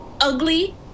ugly